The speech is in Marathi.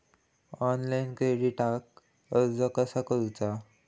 ऑनलाइन क्रेडिटाक अर्ज कसा करुचा?